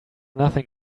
nothing